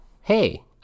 hey